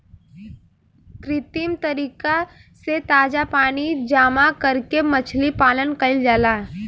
कृत्रिम तरीका से ताजा पानी जामा करके मछली पालन कईल जाला